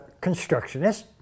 constructionist